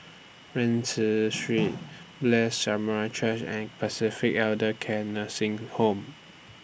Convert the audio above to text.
Rienzi Street Blessed Church and Pacific Elder Care Nursing Home